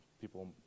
people